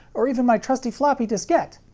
or even my trusty floppy diskette!